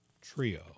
Trio